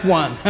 one